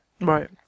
Right